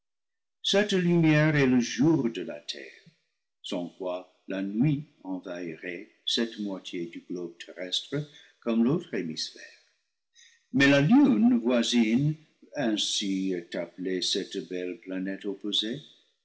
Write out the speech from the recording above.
cette lumière est le jour de la terre sans quoi la nuit envahirait celte moitié du globe terrestre comme l'autre hémisphère mais la lune voisine ainsi est appelée cette belle planète opposée